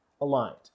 aligned